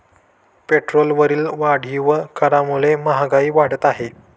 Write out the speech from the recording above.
पेट्रोलवरील वाढीव करामुळे महागाई वाढत आहे